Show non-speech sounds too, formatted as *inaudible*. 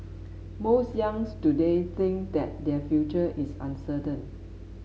most *unintelligible* today think that their future is uncertain